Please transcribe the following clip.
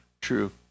true